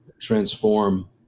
transform